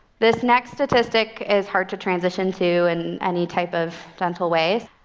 this next statistic is hard to transition to in any type of gentle way.